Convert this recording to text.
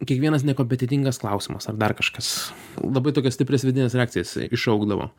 kiekvienas nekompetentingas klausimas ar dar kažkas labai tokias stiprias vidines reakcijas iššaukdavo